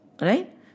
right